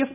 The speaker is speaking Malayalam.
എഫ്